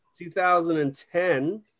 2010